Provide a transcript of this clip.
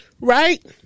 Right